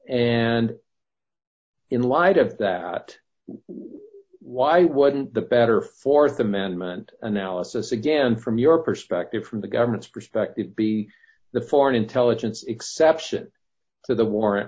and in light of that why wouldn't the better th amendment analysis again from your perspective from the government's perspective be the foreign intelligence exception to the warrant